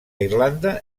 irlanda